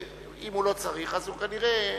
אם הוא לא צריך הוא כנראה